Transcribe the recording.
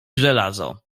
żelazo